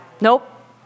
Nope